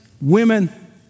women